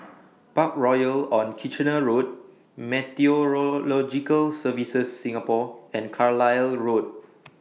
Parkroyal on Kitchener Road Meteorological Services Singapore and Carlisle Road